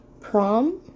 prom